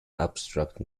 abstract